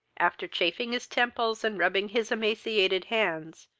after chafing his temples, and rubbing his emaciated hands,